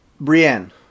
Brienne